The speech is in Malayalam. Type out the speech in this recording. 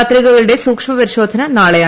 പത്രികകളുടെ സൂക്ഷ്മ പരിശോധന നാളെ